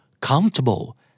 comfortable